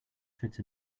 fit